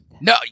No